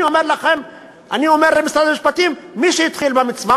אני אומר למשרד המשפטים: מי שהתחיל במצווה,